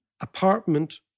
apartment